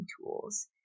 tools